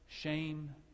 shame